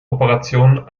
operationen